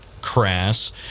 crass